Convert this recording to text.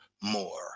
more